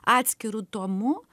atskiru tomu